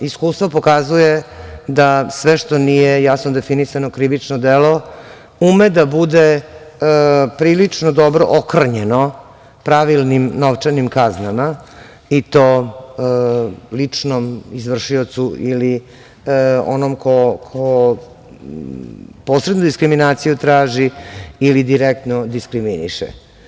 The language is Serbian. Iskustvo pokazuje da sve što nije jasno definisano krivično delo ume da bude prilično dobro okrnjeno pravilnim novčanim kaznama i to ličnom izvršiocu ili onom ko posrednu diskriminaciju traži ili direktno diskriminiše.